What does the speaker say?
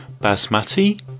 Basmati